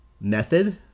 method